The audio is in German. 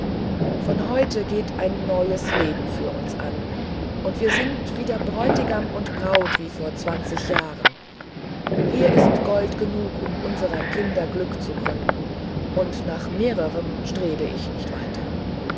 von heut geht ein neues leben für uns an und wir sind wieder bräutigam und braut wie vor zwanzig jahren hier ist gold genug um unserer kinder glück zu gründen und nach mehrerem strebe ich nicht weiter